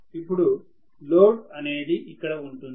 అప్పుడు లోడ్ అనేది ఇక్కడ ఉంటుంది